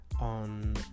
on